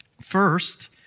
First